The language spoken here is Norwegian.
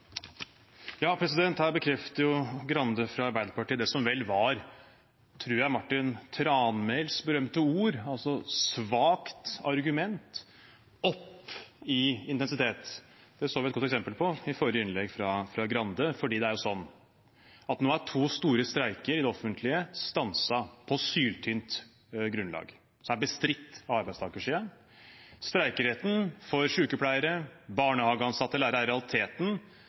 Her bekrefter Grande fra Arbeiderpartiet det som var, tror jeg, Martin Tranmæls berømte ord: svakt argument – opp i intensitet. Det så vi et godt eksempel på i forrige innlegg fra Grande, for nå er to store streiker i det offentlige stanset på et syltynt grunnlag som er bestridt av arbeidstakersiden. Streikeretten for sykepleiere, barnehageansatte og lærere er i realiteten